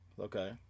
Okay